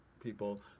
people